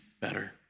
better